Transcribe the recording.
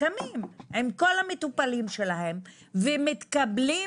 הם קמים עם כל המטופלים שלהם ומתקבלים